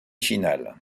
finales